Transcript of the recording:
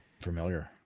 familiar